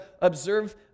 observe